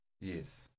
Yes